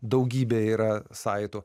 daugybė yra saitų